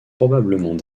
probablement